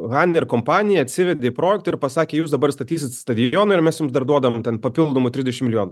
haner kompaniją atsivedė projektą ir pasakė jūs dabar statysit stadioną ir mes jums dar duodam tam papildomų trisdešim milijonų